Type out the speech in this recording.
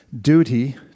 duty